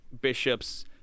bishops